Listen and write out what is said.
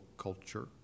culture